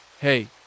Hey